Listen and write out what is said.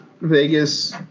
Vegas